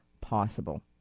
possible